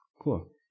Cool